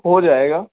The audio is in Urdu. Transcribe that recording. ہو جائے گا